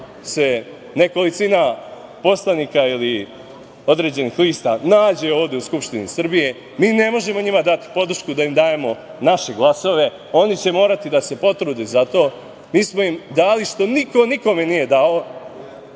da se nekolicina poslanika ili određenih lista nađe ovde u Skupštini Srbije. Mi ne možemo njima dati podršku da im dajemo naše glasove. Oni će morati da se potrude za to. Mi smo im dali šansu što niko nikome nije dao